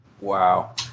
wow